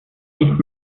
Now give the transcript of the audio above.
nicht